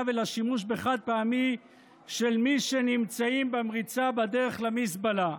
ולשימוש בחד-פעמי של מי שנמצאים במריצה בדרך למזבלה,